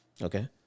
Okay